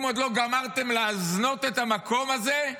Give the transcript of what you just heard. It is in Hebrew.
אם עוד לא גמרתם להזנות את המקום הזה,